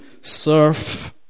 surf